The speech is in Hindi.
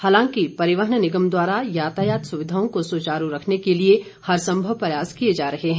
हालांकि परिवहन निगम द्वारा यातायात सुविधाओं को सुचारू रखने के लिए हर संभव प्रयास किए जा रहे हैं